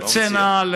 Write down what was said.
לצנע,